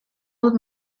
dut